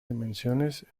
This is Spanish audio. dimensiones